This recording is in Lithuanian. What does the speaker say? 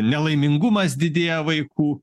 nelaimingumas didėja vaikų